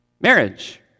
Marriage